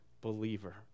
believer